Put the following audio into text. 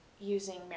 using